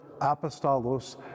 apostolos